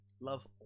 love